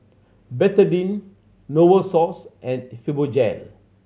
Betadine Novosource and Fibogel